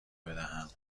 بدهم